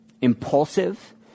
impulsive